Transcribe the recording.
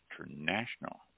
International